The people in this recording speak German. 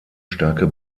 starke